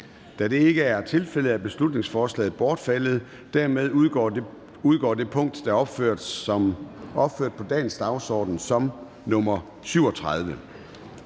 Da det ikke er tilfældet, er beslutningsforslaget bortfaldet. Dermed udgår det punkt, der er opført på dagens dagsorden som nr. 37.